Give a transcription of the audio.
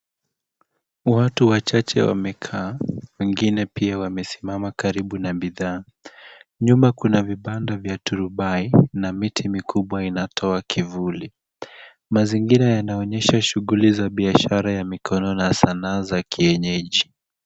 Watu Wachache wamekaa, wengine pia wamesimama karibu na bidhaa. Nyuma Kuna vibanda vya turubai na miti mikubwa inatoa kivuli. Mazingira inaonyesha shuguli ya biashara ya mikono na sanaa za kienyeji.